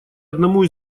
одному